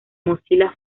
mozilla